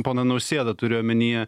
poną nausėdą turiu omenyje